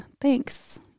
thanks